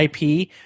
IP